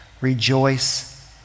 rejoice